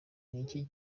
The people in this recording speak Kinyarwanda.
niki